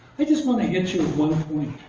i just want to hit you with one point.